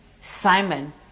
Simon